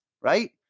right